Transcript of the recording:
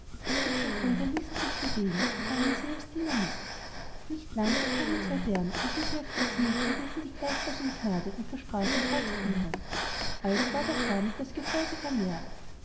die zwei brüder ließen sich bewegen und nahmen sie als diener mit nicht lang so kamen zwei bären wie sie auf die zielten riefen die gleichfalls um gnade und versprachen treu zu dienen also ward auch damit das gefolge vermehrt